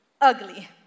ugly